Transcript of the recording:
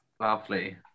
lovely